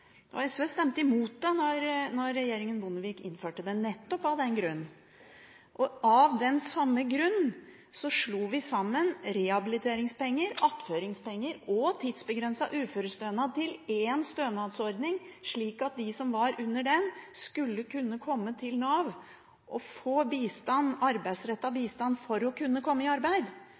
venterommet. SV stemte imot det da regjeringen Bondevik innførte det, nettopp av den grunn. Av den samme grunn slo vi sammen rehabiliteringspenger, attføringspenger og tidsbegrenset uførestønad til én stønadsordning. De som var under den, skulle kunne komme til Nav og få arbeidsrettet bistand for å kunne komme i arbeid,